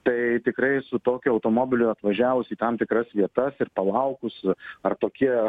tai tikrai su tokiu automobiliu atvažiavus į tam tikras vietas ir palaukus ar tokie